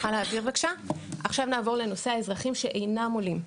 נעבור לאזרחים שאינם עולים.